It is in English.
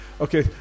Okay